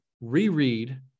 reread